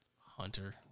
Hunter